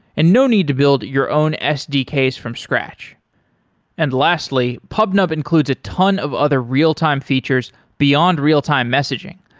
and no need to build your own sdks from scratch and lastly, pubnub includes a ton of other real-time features beyond real-time messaging,